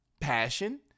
passion